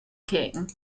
king